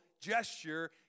gesture